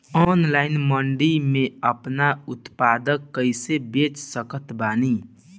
Online mandi मे आपन उत्पादन कैसे बेच सकत बानी?